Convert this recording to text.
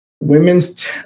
women's